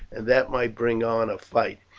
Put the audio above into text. and that might bring on a fight.